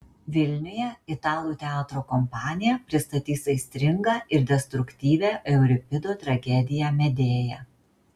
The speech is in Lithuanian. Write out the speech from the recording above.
vilniuje italų teatro kompanija pristatys aistringą ir destruktyvią euripido tragediją medėja